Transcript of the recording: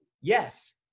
Yes